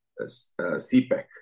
CPEC